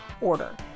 order